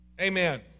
Amen